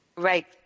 Right